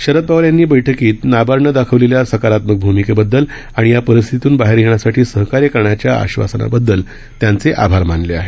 शरद पवार यांनी बैठकीत नाबार्डनं दाखवलेल्या सकारात्मक भूमिकेबद्दल आणि या परिस्थितीतून बाहेर येण्यासाठी सहकार्य करण्याच्या आश्नासनाबददल त्यांचे आभार मानले आहेत